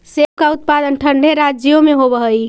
सेब का उत्पादन ठंडे राज्यों में होव हई